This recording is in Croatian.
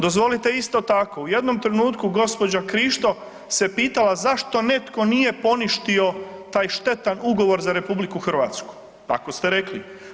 Dozvolite isto tako u jednom trenutku gospođa Krišto se pitala zašto netko nije poništio taj štetan ugovor za RH, tako ste rekli.